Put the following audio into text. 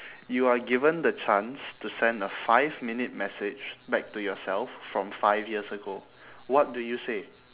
you are given the chance to send a five minute message back to yourself from five years ago what do you say